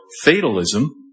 fatalism